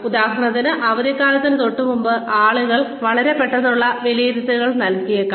ഉദാഹരണത്തിന് അവധിക്കാലത്തിന് തൊട്ടുമുമ്പ് ആളുകൾ വളരെ പെട്ടെന്നുള്ള വിലയിരുത്തലുകൾ നൽകിയേക്കാം